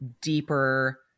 deeper